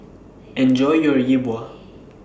Enjoy your Yi Bua